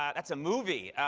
that's a movie!